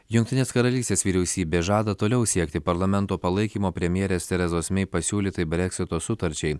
jungtinės karalystės vyriausybė žada toliau siekti parlamento palaikymo premjerės terezos mei pasiūlytai breksito sutarčiai